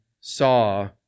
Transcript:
saw